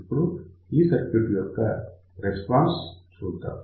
ఇప్పుడు ఈ సర్క్యూట్ యొక్క రెస్పాన్స్ చూద్దాం